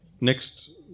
next